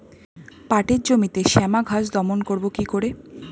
পাটের জমিতে শ্যামা ঘাস দমন করবো কি করে?